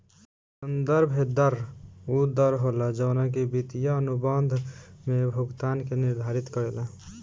संदर्भ दर उ दर होला जवन की वित्तीय अनुबंध में भुगतान के निर्धारित करेला